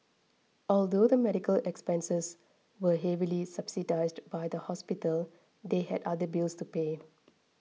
although the medical expenses were heavily subsidised by the hospital they had other bills to pay